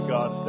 God